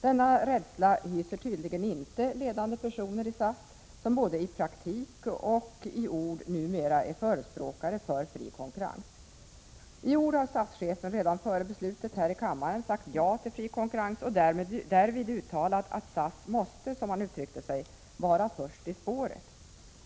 Denna rädsla hyser tydligen inte ledande personer i SAS, som både i praktik och i ord numera är förespråkare för fri konkurrens. I ord har SAS-chefen redan före beslutet här i kammaren sagt ja till fri konkurrens och därvid uttalat, att SAS måste — som han uttryckte sig — vara först i spåret.